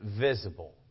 visible